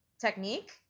technique